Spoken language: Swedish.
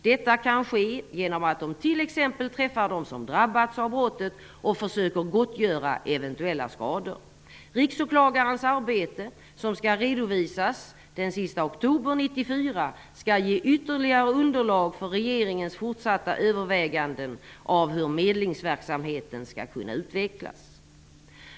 Detta kan ske genom att de t.ex. träffar dem som drabbats av brottet och försöker gottgöra eventuella skador. Riksåklagarens arbete, som skall redovisas den sista oktober 1994, skall ge ytterligare underlag för regeringens fortsatta överväganden av hur medlingsverksamheten skall kunna utvecklas.